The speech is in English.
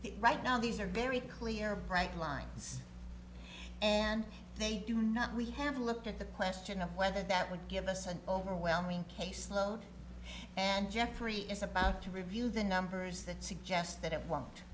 clear right now these are very clear bright lines and they do not we have to look at the question of whether that would give us an overwhelming case load and jeffrey is about to reveal the numbers that suggest that it won't